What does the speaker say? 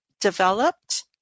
developed